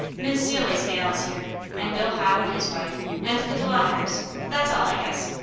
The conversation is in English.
mis' seelye's gals is here and bill howe and his wife and the delamaters that's all, i guess.